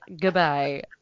Goodbye